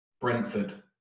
Brentford